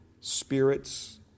spirits